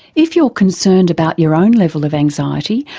if you're concerned about your own level of anxiety,